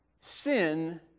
sin